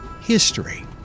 history